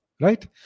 right